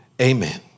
amen